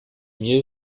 mir